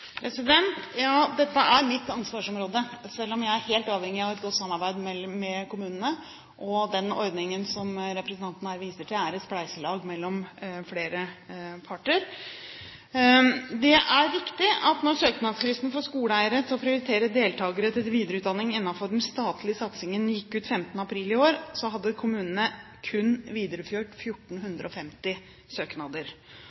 Ja, dette er mitt ansvarsområde, selv om jeg er helt avhengig av et godt samarbeid med kommunene. Den ordningen som representanten her viser til, er et spleiselag mellom flere parter. Det er riktig at da søknadsfristen for skoleeiere til å prioritere deltakere til videreutdanning innenfor den statlige satsingen gikk ut 15. april i år, hadde kommunene kun videreført